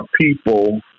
people